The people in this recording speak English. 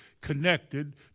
connected